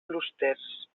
clústers